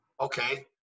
okay